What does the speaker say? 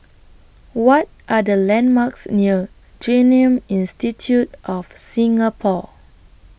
What Are The landmarks near Genome Institute of Singapore